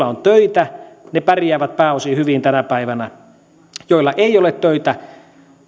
on töitä pärjäävät pääosin hyvin tänä päivänä ne joilla ei ole töitä